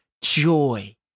joy